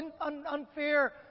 unfair